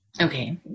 Okay